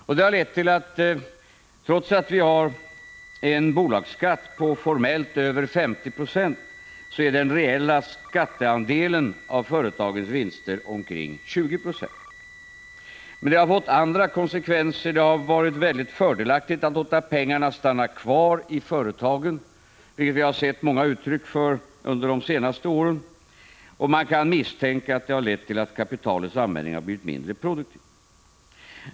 Detta har lett till att trots att vi har en bolagsskatt på formellt över 50 2 är den reella skatteandelen av företagens vinster omkring 20 26. Men det har också fått andra konsekvenser. Det har varit mycket fördelaktigt att låta pengarna stanna kvar i företagen, vilket vi har sett många uttryck för under de senaste åren. Man kan misstänka att det har lett till att kapitalets användning har blivit mindre produktiv.